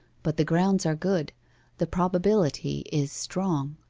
but the grounds are good the probability is strong